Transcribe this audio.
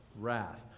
wrath